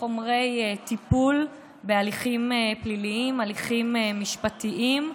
חומרי טיפול בהליכים פליליים, הליכים משפטיים,